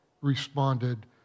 responded